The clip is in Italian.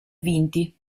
vinti